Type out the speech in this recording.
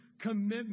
Commitment